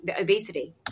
obesity